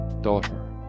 Daughter